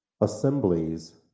assemblies